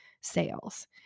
sales